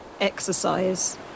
exercise